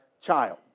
child